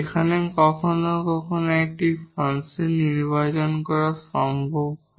এখানে কখনও কখনও একটি ফাংশন নির্বাচন করা সম্ভব হয়